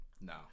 no